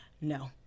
no